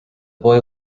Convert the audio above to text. boy